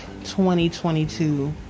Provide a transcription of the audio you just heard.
2022